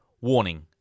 Warning